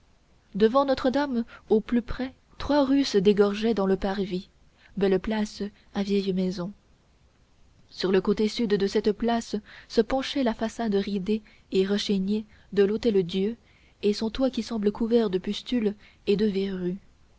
devant notre-dame au plus près trois rues se dégorgeaient dans le parvis belle place à vieilles maisons sur le côté sud de cette place se penchait la façade ridée et rechignée de l'hôtel-dieu et son toit qui semble couvert de pustules et de verrues